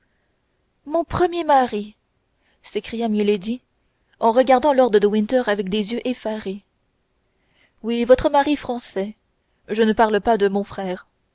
mon premier mari s'écria milady en regardant lord de winter avec des yeux effarés oui votre mari français je ne parle pas de mon frère